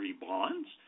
bonds